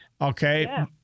Okay